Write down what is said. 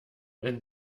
wenn